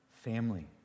Family